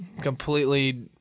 completely